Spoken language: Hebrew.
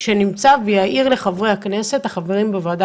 שנמצא ויאיר לחברי הכנס החברים בוועדה